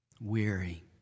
Weary